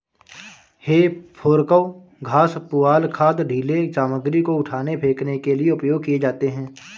हे fork घास, पुआल, खाद, ढ़ीले सामग्री को उठाने, फेंकने के लिए उपयोग किए जाते हैं